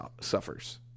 suffers